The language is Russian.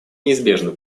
неизбежно